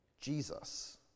Jesus